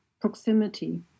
proximity